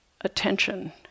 attention